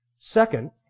Second